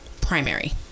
primary